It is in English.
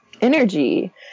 energy